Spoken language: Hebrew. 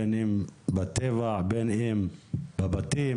בין אם בטבע ובין אם בבתים,